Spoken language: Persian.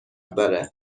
داره